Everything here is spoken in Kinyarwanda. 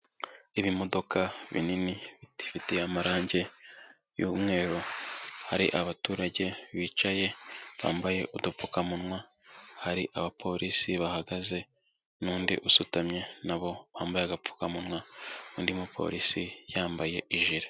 Ibimodoka binini biteye amarangi y'umweru, hari abaturage bicaye bambaye udupfukamunwa, hari abapolisi bahagaze n'undi usutamye na bo bambaye agapfukamunwa, undi mupolisi yambaye ijire.